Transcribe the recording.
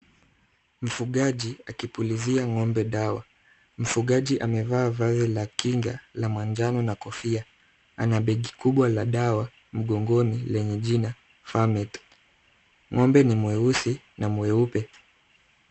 Mfugaji akipulizia ng'ombe dawa. Mfugaji amevaa vazi la kinga la manjano na kofia. Ana begi kubwa la dawa mgongoni lenye jina farmate . Ng'ombe ni mweusi na mweupe.